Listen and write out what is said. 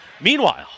Meanwhile